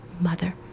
mother